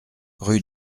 rue